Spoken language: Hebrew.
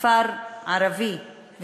כפר ערבי,